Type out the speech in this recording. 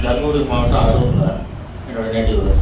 தருமபுரி மாவட்டம் அரூருங்க என்னுடைய நேட்டிவ்வு